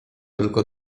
tylko